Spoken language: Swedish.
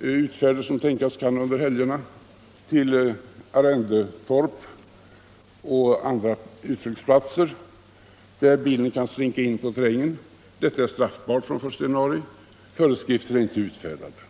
utfärder under helgen till arrendetorp och andra utflyktsplatser, där bilen kan slinka in i terrängen. Detta är från den 1 januari straffbart, men föreskrifter är inte utfärdade.